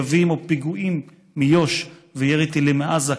יביא עימו פיגועים מיו"ש וירי טילים מעזה,